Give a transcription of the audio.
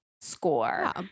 score